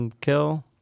kill